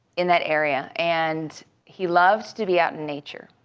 in that area. and he loves to be out in nature.